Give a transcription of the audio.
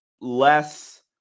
less